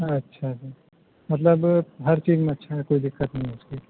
اچھا جی مطلب ہر چیز میں اچھا ہے کوئی دقت نہیں ہے اس کی